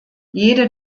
jede